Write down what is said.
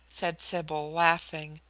said sybil, laughing,